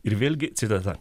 ir vėlgi citata